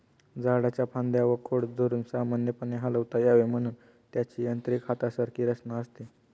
झाडाच्या फांद्या व खोड धरून सामान्यपणे हलवता यावे म्हणून त्याची यांत्रिक हातासारखी रचना असते